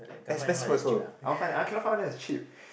expensive also I want find I cannot find one that is cheap